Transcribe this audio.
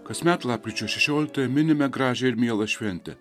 kasmet lapkričio šešioliktąją minime gražią ir mielą šventę